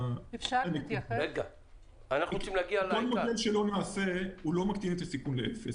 4. כל מודל שלא נעשה לא מקטין את הסיכון לאפס,